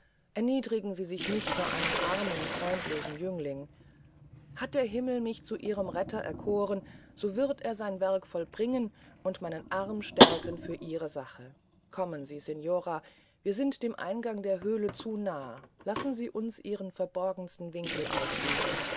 erniedrigen sie sich nicht vor einem armen freundlosen jüngling hat der himmel mich zu ihrem retter erkohren so wird er sein werk vollbringen und meinen arm stärken für ihre sache kommen sie signora wir sind dem eingang der höle zu nah lassen sie uns ihren verborgensten winkel aufsuchen